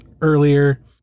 earlier